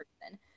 person